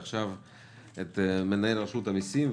ועכשיו אנחנו נשמע את מנהל רשות המסים.